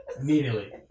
Immediately